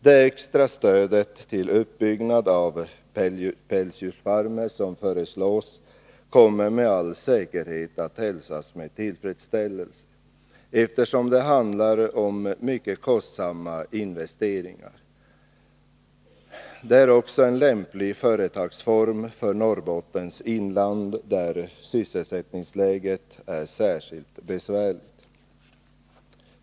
; Det extra stöd till uppbyggnad av pälsdjursfarmar som föreslås kommer med all säkerhet att hälsas med tillfredsställelse, eftersom det i den verksamheten handlar om mycket kostsamma investeringar. Detta är också en lämplig företagsform för Norrbottens inland, där sysselsättningsläget är särskilt besvärligt.